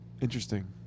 Interesting